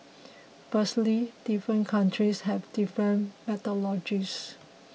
firstly different countries have different